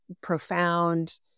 profound